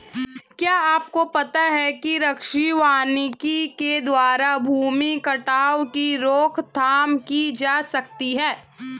क्या आपको पता है कृषि वानिकी के द्वारा भूमि कटाव की रोकथाम की जा सकती है?